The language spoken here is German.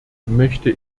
möchte